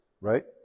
Right